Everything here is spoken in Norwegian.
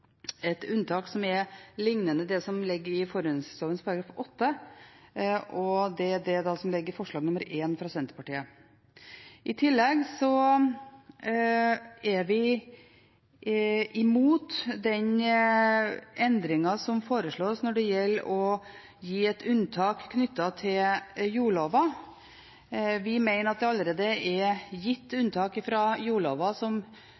et unntak som er liknende det som ligger i forurensningsloven § 8 – forslag nr. 1, fra Senterpartiet. I tillegg er vi imot den endringen som foreslås når det gjelder å gi unntak knyttet til jordlova. Vi mener det allerede er gitt unntak fra jordlova som